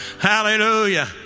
hallelujah